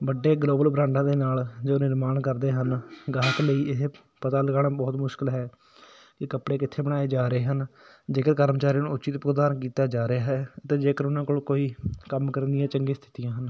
ਵੱਡੇ ਗਲੋਬਲ ਬ੍ਰਾਂਡਾਂ ਦੇ ਨਾਲ ਜੋ ਨਿਰਮਾਣ ਕਰਦੇ ਹਨ ਗ੍ਰਾਹਕ ਲਈ ਇਹ ਪਤਾ ਲਗਾਉਣਾ ਬਹੁਤ ਮੁਸ਼ਕਿਲ ਹੈ ਇਹ ਕੱਪੜੇ ਕਿੱਥੇ ਬਣਾਏ ਜਾ ਰਹੇ ਹਨ ਜੇਕਰ ਕਰਮਚਾਰੀਆਂ ਨੂੰ ਉੱਚਿਤ ਭੁਗਤਾਨ ਕੀਤਾ ਜਾ ਰਿਹਾ ਹੈ ਅਤੇ ਜੇਕਰ ਉਹਨਾਂ ਕੋਲ ਕੋਈ ਕੰਮ ਕਰਨ ਦੀਆਂ ਚੰਗੀਆਂ ਸਥਿਤੀਆਂ ਹਨ